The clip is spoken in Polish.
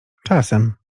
czasem